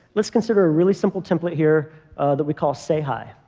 let's consider a really simple template here that we call say hi.